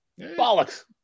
Bollocks